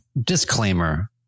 disclaimer